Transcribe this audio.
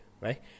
right